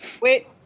Wait